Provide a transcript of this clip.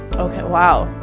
okay, wow.